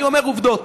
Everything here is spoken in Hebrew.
אני אומר עובדות.